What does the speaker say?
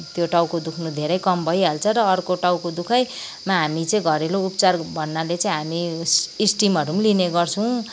त्यो टाउको दुख्नु धेरै कम भइहाल्छ र त्यो टाउको दुखाइमा हामी चाहिँ घरेलु उपचार भन्नाले चाहिँ हामी स्टिमहरू पनि लिनेगर्छौँ